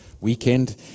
weekend